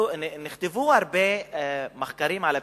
נכתבו הרבה מחקרים על הפסיכומטרי,